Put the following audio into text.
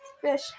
fish